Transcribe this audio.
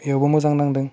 बेवबो मोजां नांदों